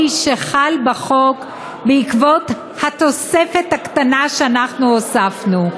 שחל בחוק בעקבות התוספת הקטנה שאנחנו הוספנו.